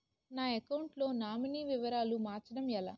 నా అకౌంట్ లో నామినీ వివరాలు మార్చటం ఎలా?